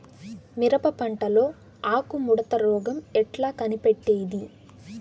మిరప పంటలో ఆకు ముడత రోగం ఎట్లా కనిపెట్టేది?